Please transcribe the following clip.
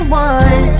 one